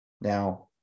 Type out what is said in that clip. Now